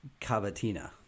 Cavatina